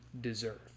deserve